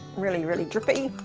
really, really drippy,